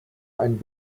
ein